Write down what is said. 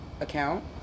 account